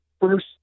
first